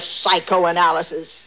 psychoanalysis